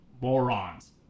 morons